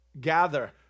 gather